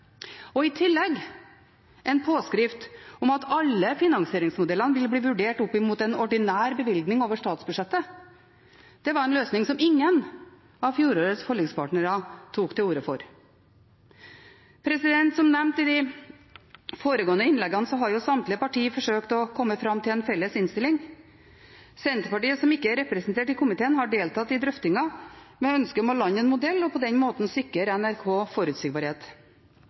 og i tillegg en påskrift om at alle finansieringsmodellene ville bli vurdert opp mot en ordinær bevilgning over statsbudsjettet. Det var en løsning som ingen av fjorårets forlikspartnere tok til orde for. Som nevnt i de foregående innleggene har samtlige partier forsøkt å komme fram til en felles innstilling. Senterpartiet, som ikke er representert i komiteen, har deltatt i drøftingen med ønske om å lande en modell og på den måten sikre NRK forutsigbarhet.